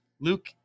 Luke